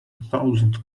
thousand